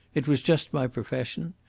it was just my profession.